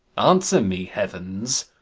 answer me, heavens.